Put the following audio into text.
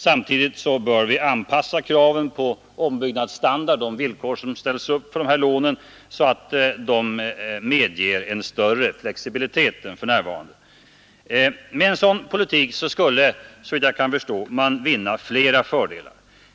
Samtidigt bör vi anpassa kraven på ombyggnadsstandard — de villkor som ställs upp för de här lånen — så att de medger en större flexibilitet än för närvarande. Med en sådan politik skulle vi, såvitt jag kan förstå, vinna fle fördelar.